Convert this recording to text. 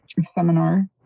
seminar